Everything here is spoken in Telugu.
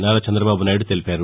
నారా చంద్రదబాబు నాయుడు తెలిపారు